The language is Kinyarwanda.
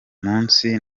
munsi